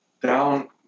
down